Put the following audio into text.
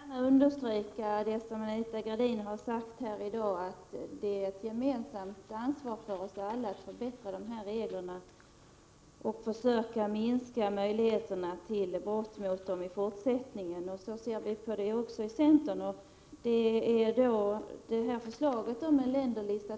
Herr talman! Jag vill gärna understryka det som Anita Gradin har sagt här i dag, att vi alla har att gemensamt ta ansvar för att de här reglerna förbättras. Vi måste också försöka minska möjligheterna till brott mot dessa regler i fortsättningen. Vi i centern har samma uppfattning. Vi tror att förslaget om en länderlista